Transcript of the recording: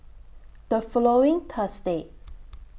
The following Thursday